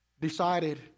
decided